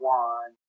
one